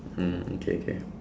mm okay K